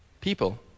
People